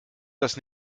das